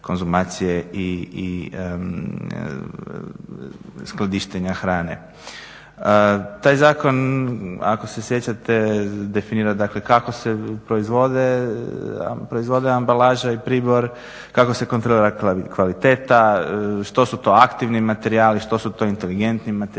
i skladištenja hrane. Taj zakon, ako se sjećate, definira dakle kako se proizvode ambalaže i pribor, kako se kontrolira kvaliteta, što su to aktivni materijali, što su to inteligentni materijali,